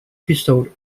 episode